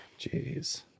Jeez